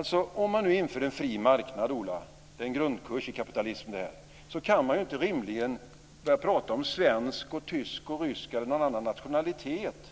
frågor. Om man inför en fri marknad, Ola - detta är en grundkurs i kapitalism - kan man inte rimligen börja prata om svensk, tysk, rysk eller annan nationalitet.